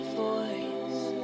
voice